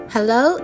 Hello